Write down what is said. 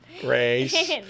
Grace